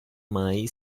mai